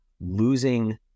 Losing